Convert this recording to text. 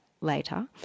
later